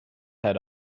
head